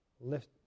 lift